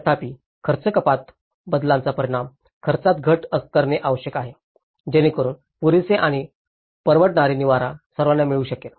तथापि खर्च कपात बदलांचा परिणाम खर्चात घट करणे आवश्यक आहे जेणेकरून पुरेसे आणि परवडणारे निवारा सर्वांना मिळू शकेल